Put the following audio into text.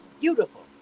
beautiful